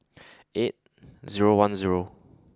eight zero one zero